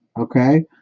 Okay